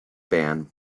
band